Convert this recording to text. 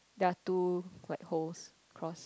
there are two like holes cause